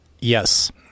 Yes